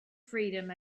freedom